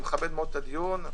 אני מכבד את הדיון.